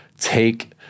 take